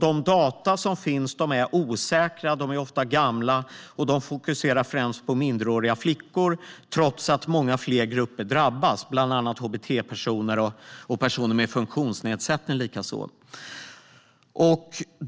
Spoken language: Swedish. De data som finns är osäkra, ofta gamla och fokuserar främst på minderåriga flickor, trots att många fler grupper drabbas, bland annat hbt-personer och även personer med funktionsnedsättning.